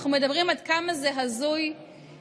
אנחנו מדברים על עד כמה זה הזוי שבעצם